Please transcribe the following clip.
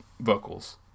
vocals